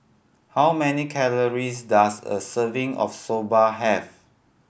how many calories does a serving of Soba have